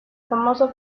famoso